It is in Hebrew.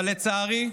אבל לצערי,